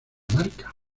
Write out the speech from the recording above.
marca